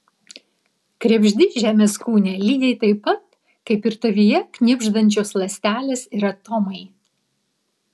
krebždi žemės kūne lygiai taip pat kaip ir tavyje knibždančios ląstelės ir atomai